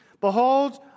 Behold